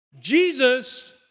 Jesus